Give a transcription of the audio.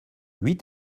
huit